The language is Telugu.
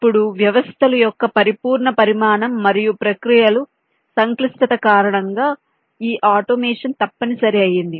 ఇప్పుడు వ్యవస్థల యొక్క పరిపూర్ణ పరిమాణం మరియు ప్రక్రియల సంక్లిష్టత కారణంగా ఈ ఆటోమేషన్ తప్పనిసరి అయింది